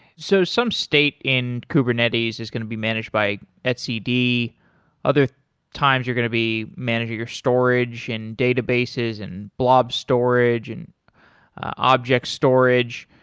so some state in kubernetes is going to be managed by etcd. other times you're going to be managing your storage in databases and blob storage and object storage.